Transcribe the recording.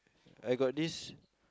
I got this